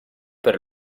per